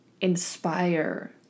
inspire